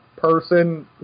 person